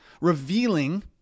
revealing